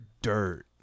Dirt